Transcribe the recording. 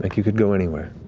like you could go anywhere.